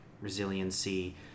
resiliency